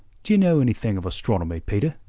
d'ye know anything of astronomy, peter?